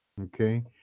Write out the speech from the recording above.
Okay